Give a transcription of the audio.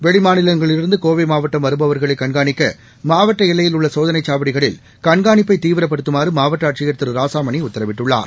வெளிமாநிலங்களிலிருந்து கோவை மாவட்டம் வருபவா்களை கண்காணிக்க மாவட்ட எல்லையில் உள்ள சோதனை சாவடிகளில் கண்காணிப்பை தீவிரபப்டுத்துமாறு மாவட்ட ஆட்சியர் திரு ராசாமணி உத்தரவிட்டுள்ளார்